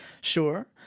Sure